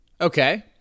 Okay